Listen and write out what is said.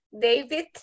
david